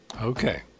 Okay